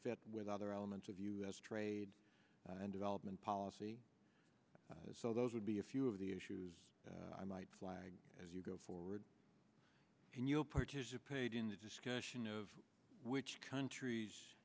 today with other elements of u s trade and development policy so those would be a few of the issues i might flag as you go forward and you'll participate in the discussion of which countries